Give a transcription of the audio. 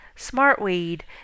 Smartweed